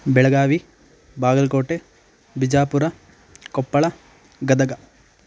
Belagavi Bagalkote Bijapura Koppal Gadag